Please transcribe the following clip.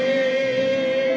really